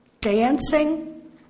dancing